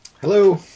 Hello